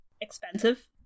Expensive